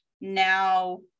now